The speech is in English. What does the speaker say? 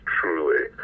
truly